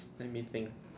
let me think